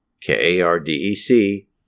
K-A-R-D-E-C